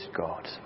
God